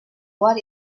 what